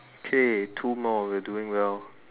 okay two more we're doing well